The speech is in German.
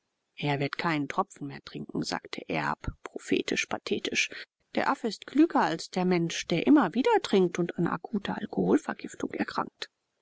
er wird keinen tropfen mehr trinken sagte erb prophetisch pathetisch der affe ist klüger als der mensch der immer wieder trinkt und an akuter alkoholvergiftung erkrankt